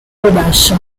productions